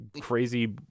crazy